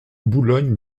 boulogne